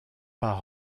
pas